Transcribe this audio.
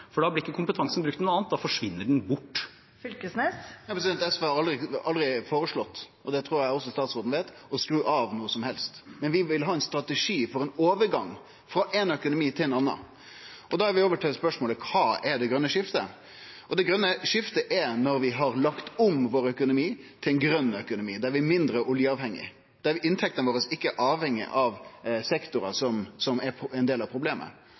Da blir ikke kompetansen brukt til noe annet, da forsvinner den. Torgeir Knag Fylkesnes – til oppfølgingsspørsmål. SV har aldri føreslått – og det trur eg statsråden veit – å skru av noko som helst, men vi vil ha ein strategi for ein overgang frå éin økonomi til ein annan. Da er vi over til spørsmålet: Kva er det grøne skiftet? Det grøne skiftet er når vi har lagt om økonomien vår til ein grøn økonomi, der vi er mindre oljeavhengig, og der inntektene våre ikkje er avhengige av sektorar som er ein del av problemet.